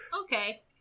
Okay